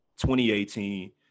2018